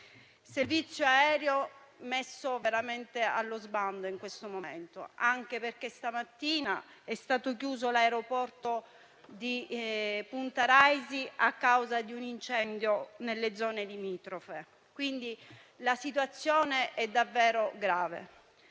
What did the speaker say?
servizio aereo è veramente allo sbando in questo momento, anche perché stamattina è stato chiuso l'aeroporto di Punta Raisi, a causa di un incendio nelle zone limitrofe. Quindi la situazione è davvero grave.